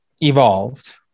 evolved